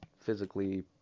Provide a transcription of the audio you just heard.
physically